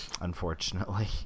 unfortunately